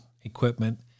equipment